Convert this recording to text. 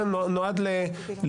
זה נועד ליידוע.